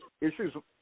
Issues